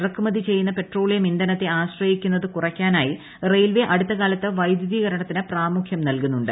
ഇറക്കുമതി ചെയ്യുന്ന പെട്രോളിയം ഇന്ധനത്തെ ആശ്രിയിക്കുന്നത് കുറയ്ക്കാനായി റെയിൽവേ അടുത്ത കാല്പത്ത് വൈദ്യുതീകരണത്തിന് പ്രാമുഖ്യം നിൽകുന്നുണ്ട്